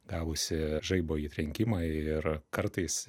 gavusi žaibo įtrenkimą ir kartais